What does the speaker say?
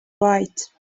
right